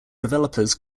developers